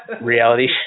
reality